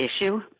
issue